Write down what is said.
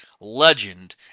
Legend